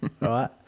right